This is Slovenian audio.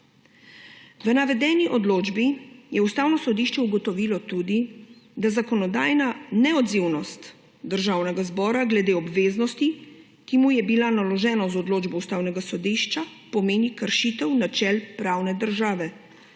V navedeni odločbi je Ustavno sodišče ugotovilo tudi, da zakonodajna neodzivnost Državnega zbora glede obveznosti, ki mu je bila naložena z odločbo Ustavnega sodišča, pomeni kršitev načel pravne države,